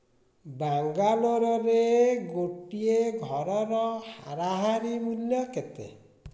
ବାଙ୍ଗାଲୋରରେ ଗୋଟିଏ ଘରର ହାରାହାରି ମୂଲ୍ୟ କେତେ